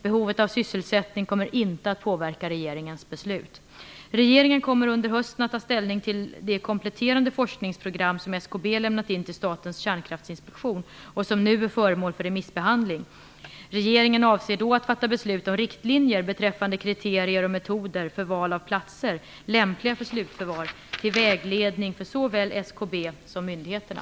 Behovet av sysselsättning kommer inte att påverka regeringens beslut. Regeringen kommer under hösten att ta ställning till det kompletterande forskningsprogram - FUD program 92 - som SKB lämnat in till Statens kärnkraftinspektion och som nu är föremål för remissbehandling. Regeringen avser då att fatta beslut om riktlinjer beträffande kriterier och metoder för val av platser lämpliga för slutförvar, till vägledning för såväl SKB som myndigheterna.